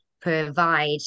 provide